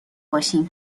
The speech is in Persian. باشیم